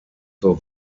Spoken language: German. zur